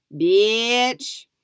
bitch